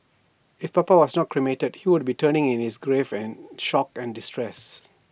if papa was not cremated he would be turning in his grave and shock and distress